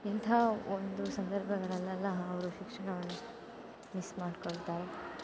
ಇಂತಹ ಒಂದು ಸಂದರ್ಭಗಳಲ್ಲೆಲ್ಲ ಅವರು ಶಿಕ್ಷಣವನ್ನು ಮಿಸ್ ಮಾಡಿಕೊಳ್ತಾರೆ